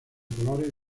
colores